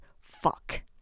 fuck